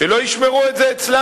שלא ישמרו את זה אצלם.